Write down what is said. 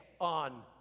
on